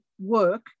work